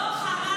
למה?